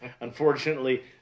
Unfortunately